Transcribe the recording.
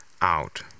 out